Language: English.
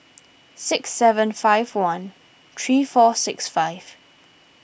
six seven five one three four six five